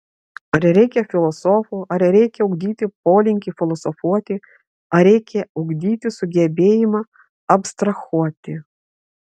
ar reikia filosofų ar reikia ugdyti polinkį filosofuoti ar reikia ugdyti sugebėjimą abstrahuoti